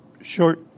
short